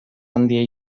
handia